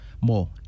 More